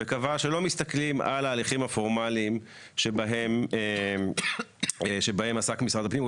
וקבע שלא מסתכלים על ההליכים הפורמליים שבהם עסק משרד הפנים.